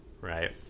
Right